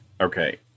Okay